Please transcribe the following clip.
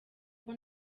uko